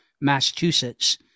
Massachusetts